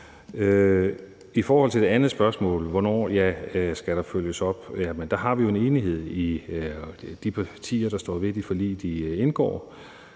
I forhold til det andet spørgsmål om, hvornår der skal følges op, har vi jo en enighed blandt de partier, der står ved de forlig, de indgår,